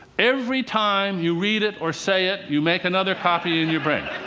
every time you read it or say it, you make another copy in your brain.